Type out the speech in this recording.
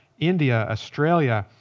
india, australia,